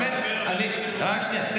לכן, רגע, בסדר, הבנתי אותך מצוין.